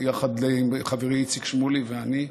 יחד עם חברי איציק שמולי ואיתי,